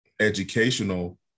educational